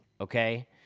Okay